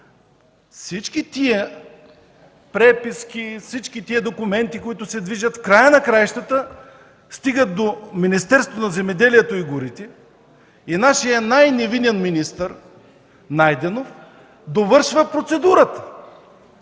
Всички тези преписки, документи, които се движат, в края на краищата стигат до Министерството на земеделието и горите и нашият най-невинен министър Найденов довършва процедурата!?